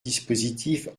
dispositifs